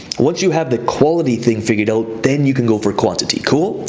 once you have the quality thing figured out, then you can go for quantity, cool?